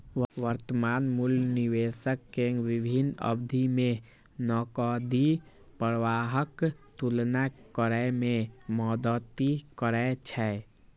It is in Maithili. वर्तमान मूल्य निवेशक कें विभिन्न अवधि मे नकदी प्रवाहक तुलना करै मे मदति करै छै